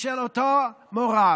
של אותו מורה.